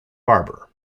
barber